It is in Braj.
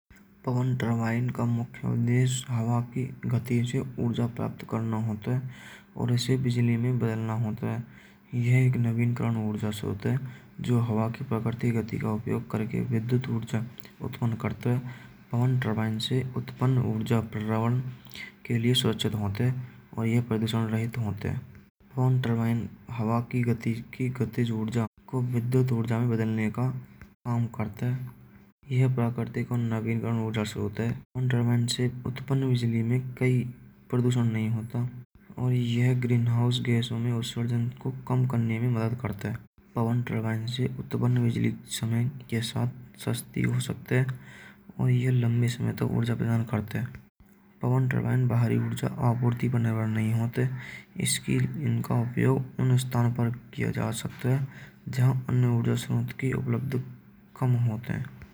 पवन टर्बाइन का मुख्य संदेश हवा के गति से ऊर्जा प्राप्त करना होता है। और ऐसे बिजली में बदलना होता है यह एक नवीन करण ऊर्जा स्रोत है। जो हवा के प्रकृति गति का उपयोग करके विद्युत ऊर्जा उत्पन्न करता है। पवन रामायण से उत्पन्न ऊर्जा प्रवाह के लिए सुरक्षित होते हुए प्रदूषण रहित होते हैं। फोन टर्बाइन हवा की गति की गतिज ऊर्जा को विद्युत ऊर्जा में बदलने का काम करते। यह ग्रीन हाउस गैसों में उत्सर्जन को कम करने में मदद करता है। पवन प्रेगनेंसी उत्पन्न बिजली समय के साथ सस्ती हो सकते हैं और यह लंबे समय तक ऊर्जा प्रदान करते हैं। पवन तनयन बाहरी ऊर्जा आपूर्ति पर निर्भर नहीं होते। इसकी इनका उपयोग उन स्थान पर किया जा सकता है। जहां इन्हें ऊर्जा सानों की उपलब्धता कम होती है।